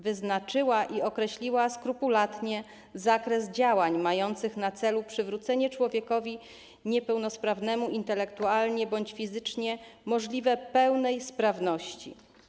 Wyznaczyła i określiła skrupulatnie zakres działań mających na celu przywrócenie człowiekowi niepełnosprawnemu intelektualnie bądź fizycznie możliwie pełnej sprawności.